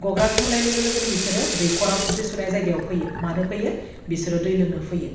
गग्रा खेवनाय लोगो लोनो बिसोरो दैख'राव थोरसि सुनाय जायगायाव फैयो मानो फैयो बिसोरो दै लोंनो फैयो